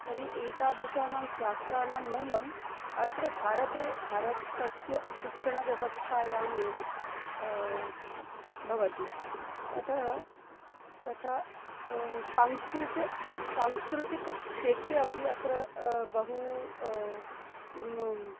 तर्हि एतादृशाणां शास्त्राणां मूलम् अत्र भारते भारतस्य शिक्षणव्यवस्थायामेव भवति अतः तथा संस्कृतं सांस्कृतिकक्षेत्रे अपि अत्र बहु किं